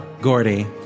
Gordy